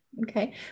Okay